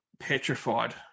petrified